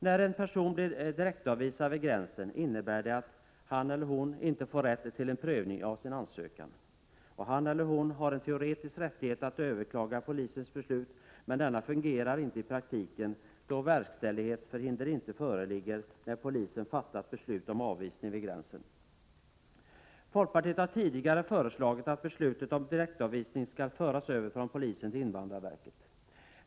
När en person blir direktavvisad vid gränsen innebär det att han eller hon inte får rätt till prövning av sin ansökan. Vederbörande har en teoretisk möjlighet att överklaga polisens beslut, men det fungerar inte i praktiken då verkställighetsförhinder inte föreligger sedan polisen fattat beslut om avvisning vid gränsen. Folkpartiet har tidigare föreslagit att beslut om direktavvisning skall föras över från polisen till invandrarverket.